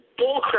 bullcrap